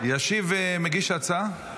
ישיב מגיש ההצעה.